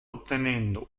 ottenendo